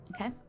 Okay